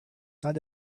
not